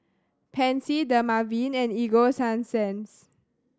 Pansy Dermaveen and Ego Sunsense